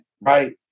right